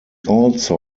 also